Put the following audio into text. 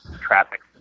traffic